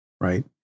right